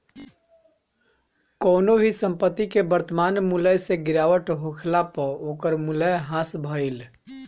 कवनो भी संपत्ति के वर्तमान मूल्य से गिरावट होखला पअ ओकर मूल्य ह्रास भइल